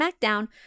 Smackdown